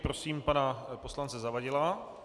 Prosím pana poslance Zavadila.